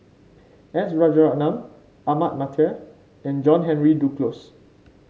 S Rajaratnam Ahmad Mattar and John Henry Duclos